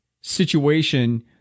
situation